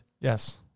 Yes